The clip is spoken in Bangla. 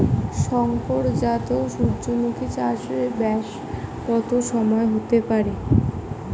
শংকর জাত সূর্যমুখী চাসে ব্যাস কত সময় হতে পারে?